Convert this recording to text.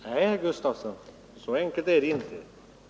Herr talman! Nej, herr Gustavsson, så enkelt är det inte.